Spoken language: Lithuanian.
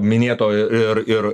minėto ir ir